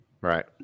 Right